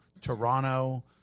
toronto